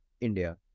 India